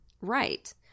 right